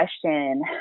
question